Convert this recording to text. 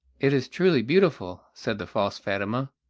it is truly beautiful, said the false fatima.